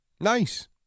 Nice